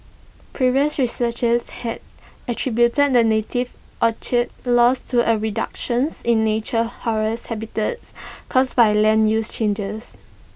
previous researchers had attributed the native orchid's loss to A reduction in natural forest habitats caused by land use changes